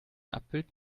abbild